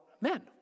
men